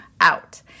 out